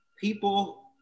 people